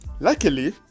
luckily